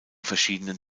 verschiedenen